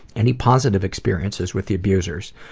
any positive experiences with the abusers?